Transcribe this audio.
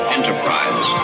Enterprise